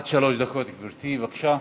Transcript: עד שלוש דקות, גברתי, בבקשה.